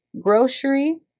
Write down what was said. grocery